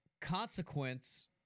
consequence